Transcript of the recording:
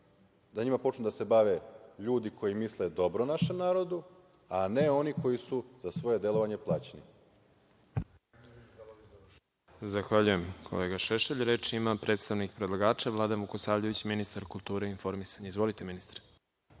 da njima počnu da se bave ljudi koji misle dobro našem narodu, a ne oni koji su za svoje delovanje plaćeni. **Đorđe Milićević** Zahvaljujem, kolega Šešelj. Reč ima predstavnik predlagača, Vladan Vukosavljević, ministar kulture i informisanja. Izvolite. **Vladan